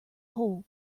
whole